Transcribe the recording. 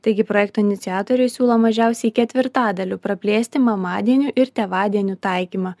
taigi projekto iniciatoriai siūlo mažiausiai ketvirtadaliu praplėsti mamadienių ir tėvadienių taikymą